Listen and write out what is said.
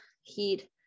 heat